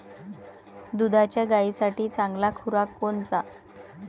दुधाच्या गायीसाठी चांगला खुराक कोनचा?